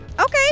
okay